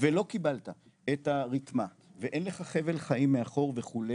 ולא קיבלת את הרתמה ואין לך חבל חיים מאחור וכו',